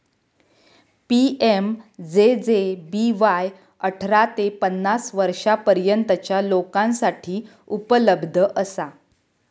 PMJJBY अठरा ते पन्नास वर्षांपर्यंतच्या लोकांसाठी उपलब्ध असा